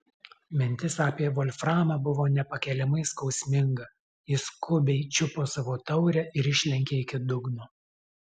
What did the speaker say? mintis apie volframą buvo nepakeliamai skausminga ji skubiai čiupo savo taurę ir išlenkė iki dugno